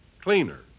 cleaner